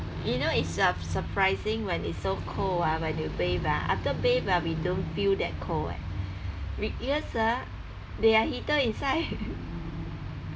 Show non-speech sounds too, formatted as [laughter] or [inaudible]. you know it's uh surprising when it's so cold ah when you bathe ah after bathe ah we don't feel that cold leh be because ah they have heater inside [laughs]